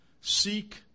seek